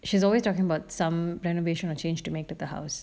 she's always talking about some renovation or change to make to the house